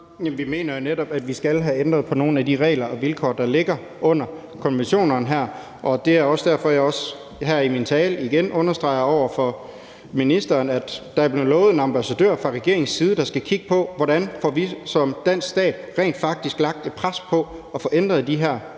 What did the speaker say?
Vi mener jo netop, at vi skal have ændret på nogle af de regler og vilkår, der ligger under konventionerne her, og det er også derfor, at jeg her i min tale igen understreger over for ministeren, at der er blevet lovet en ambassadør fra regeringens side, der skal kigge på, hvordan vi som dansk stat rent faktisk får lagt et pres i forhold til at få ændret de her